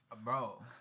bro